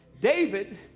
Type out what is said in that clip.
David